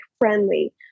friendly